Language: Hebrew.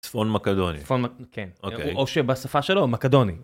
צפון מקדונים, או שבשפה שלו מקדונים.